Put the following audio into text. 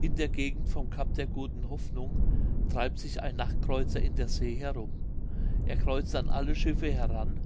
in der gegend vom cap der guten hoffnung treibt sich ein nachtkreuzer in der see herum er kreuzt an alle schiffe heran